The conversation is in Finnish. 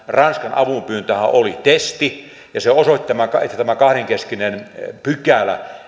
ranskan avunpyyntöhän oli testi ja se osoitti että tämä kahdenkeskinen pykälä